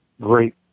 great